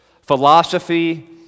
philosophy